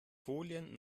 folien